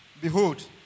behold